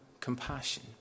compassion